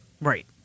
Right